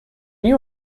you